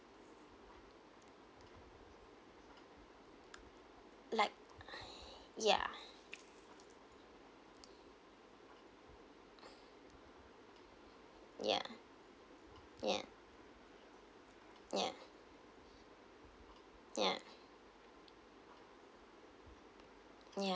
like ya ya ya ya ya ya